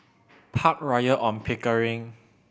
Park Royal On Pickering